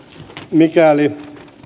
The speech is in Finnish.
mikäli